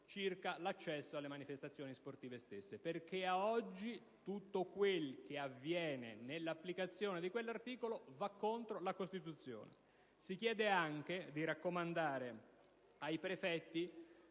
circa l'accesso alle manifestazioni sportive stesse. Ad oggi, infatti, tutto quel che avviene nell'applicazione di quell'articolo va contro la Costituzione. Si chiede anche di raccomandare ai prefetti